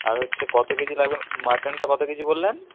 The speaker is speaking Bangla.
আর হচ্ছে কত কেজি লাগবেন মাটনটা কত কেজি বললেন